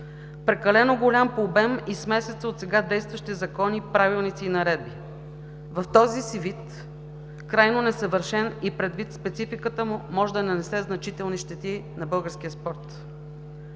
Прекалено е голям по обем и е смесица от сега действащи закони, правилници и наредби. В този си вид е крайно несъвършен и предвид спецификата му може да нанесе значителни щети на българския спорт.